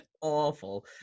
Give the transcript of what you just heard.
awful